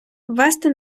ввести